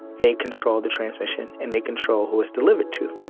they control the transmission and they control who it's delivered to,